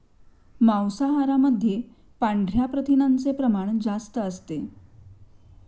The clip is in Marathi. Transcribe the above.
मांसाहारामध्ये पांढऱ्या प्रथिनांचे प्रमाण जास्त असते